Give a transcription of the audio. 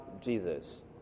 Jesus